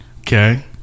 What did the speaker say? Okay